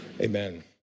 amen